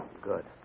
Good